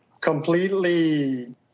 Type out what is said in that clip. completely